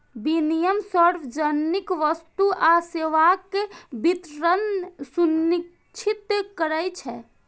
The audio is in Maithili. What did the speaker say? विनियम सार्वजनिक वस्तु आ सेवाक वितरण सुनिश्चित करै छै